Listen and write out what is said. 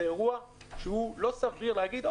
זה אירוע שהוא לא סביר להגיד,